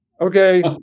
Okay